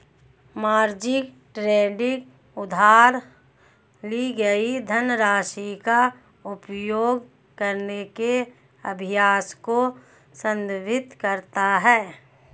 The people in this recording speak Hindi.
मार्जिन ट्रेडिंग उधार ली गई धनराशि का उपयोग करने के अभ्यास को संदर्भित करता है